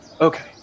Okay